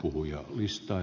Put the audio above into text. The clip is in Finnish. arvoisa puhemies